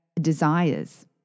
desires